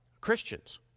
Christians